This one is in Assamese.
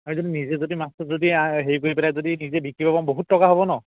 আমি যদি নিজে যদি মাছটো যদি হেৰি কৰি পেলাই যদি নিজে বিকিব পাৰোঁ বহুত টকা হ'ব ন